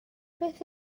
beth